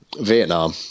Vietnam